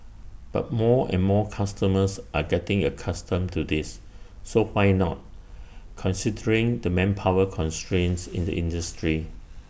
but more and more customers are getting accustomed to this so why not considering the manpower constraints in the industry